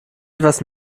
etwas